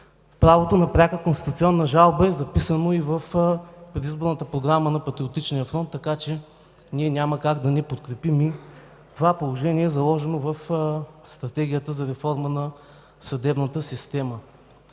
Правото на пряка конституционна жалба е записано и в предизборната програма на Патриотичния фронт, така че няма как да не подкрепим това предложение, заложено в Стратегията за реформа на съдебната система.